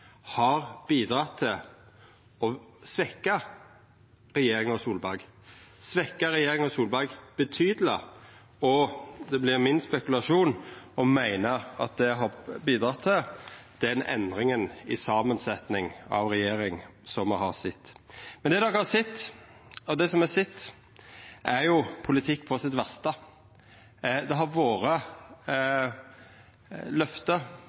har bidratt til å svekkja regjeringa Solberg betydeleg, og det vert min spekulasjon når eg meiner at det har bidratt til den endringa i samansetning av regjeringa som me har sett. Men det som me har sett, er jo politikk på sitt verste. Det har vore løfte,